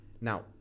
Now